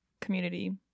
community